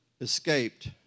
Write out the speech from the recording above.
escaped